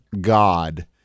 God